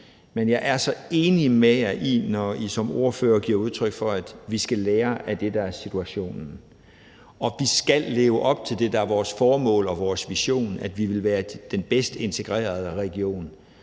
men jeg er så enig med jer i, hvad I som ordførere giver udtryk for. Vi skal lære af det, der er situationen. Vi skal leve op til det, der er vores formål og vores vision: at vi vil være den bedst integrerede region.